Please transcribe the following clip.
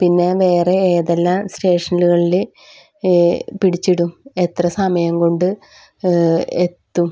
പിന്നെ വേറെ ഏതെല്ലാം സ്റ്റേഷൻലുകൾല് പിടിച്ചിടും എത്ര സമയം കൊണ്ട് എത്തും